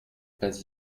pas